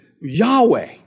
Yahweh